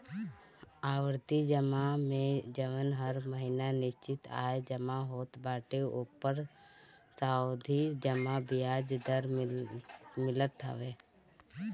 आवर्ती जमा में जवन हर महिना निश्चित आय जमा होत बाटे ओपर सावधि जमा बियाज दर मिलत हवे